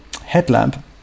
headlamp